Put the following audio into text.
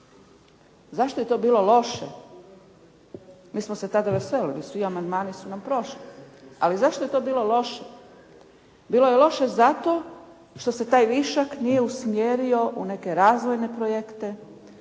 Zašto je to bilo loše? Mi smo se tada veselili, svi amandmani su nam prošli. Ali zašto je to bilo loše? Bilo je loše zato što se taj višak nije usmjerio u neke razvojne projekte,